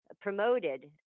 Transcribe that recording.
promoted